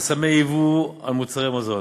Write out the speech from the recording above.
חסמי הייבוא על מוצרי מזון: